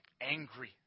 angry